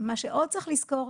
מה שעוד צריך לזכור,